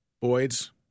Boyd's